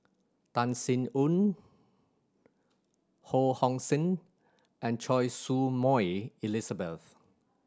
Tan Sin Aun Ho Hong Sing and Choy Su Moi Elizabeth